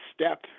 step